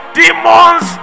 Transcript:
demons